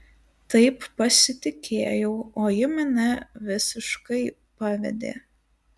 taip pasitikėjau o ji mane visiškai pavedė